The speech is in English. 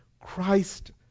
Christ